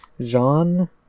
Jean